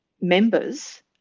members